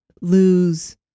lose